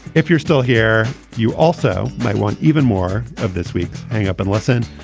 if you're still here, you also might want even more of this week's hang up. and listen,